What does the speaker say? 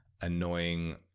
annoying